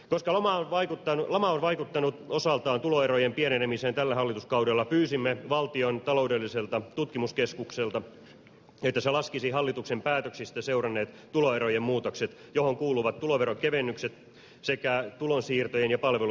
koska lama on vaikuttanut osaltaan tuloerojen pienenemiseen tällä hallituskaudella pyysimme valtion taloudelliselta tutkimuskeskukselta että se laskisi hallituksen päätöksistä seuranneet tuloerojen muutokset joihin kuuluvat tuloveron kevennykset sekä tulonsiirtojen ja palvelumaksujen kehitys